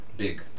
big